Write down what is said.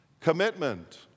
commitment